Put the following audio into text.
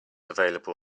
available